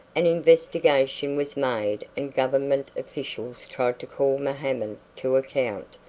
an investigation was made and government officials tried to call mohammed to account,